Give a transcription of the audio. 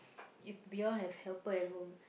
if we all have helper at home